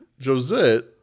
Josette